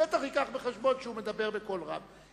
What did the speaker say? יביא בחשבון שהוא מדבר בקול רם.